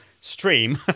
stream